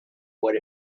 what